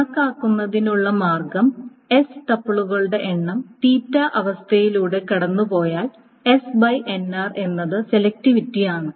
കണക്കാക്കുന്നതിനുള്ള മാർഗ്ഗം s ടപ്പിളുകളുടെ എണ്ണം അവസ്ഥയിലൂടെ കടന്നുപോയാൽ എന്നത് സെലക്റ്റിവിറ്റിയാണ്